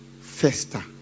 fester